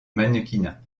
mannequinat